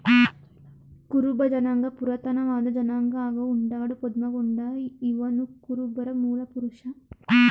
ಕುರುಬ ಜನಾಂಗ ಪುರಾತನವಾದ ಜನಾಂಗ ಹಾಗೂ ಉಂಡಾಡು ಪದ್ಮಗೊಂಡ ಇವನುಕುರುಬರ ಮೂಲಪುರುಷ